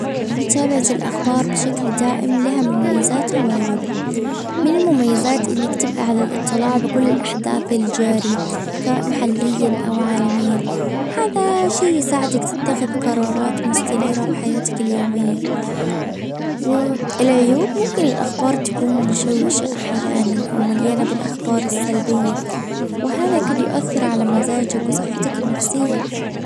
متابعة الاخبار بشكل دائم لها مميزاتها وعيوبها. من المميزات انك تبقى على الاطلاع بكل الاحداث الجارية سواء محليا او عالميًا هذا شي يساعدك تتخذ قرارات مستنيرة بحياتك اليومية العيوب ممكن الاخبار تكون مشوشه أحيانًا او مليانة بالافكار السلبية. وهذا قد يؤثر على مزاجك وصحتك النفسية